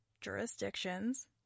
jurisdictions